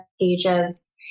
pages